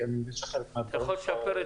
כי אני מבין שחלק מהדברים כבר נאמרו.